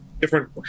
different